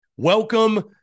Welcome